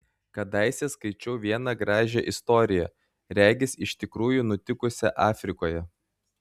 kadaise skaičiau vieną gražią istoriją regis iš tikrųjų nutikusią afrikoje